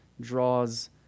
draws